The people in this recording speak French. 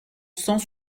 cent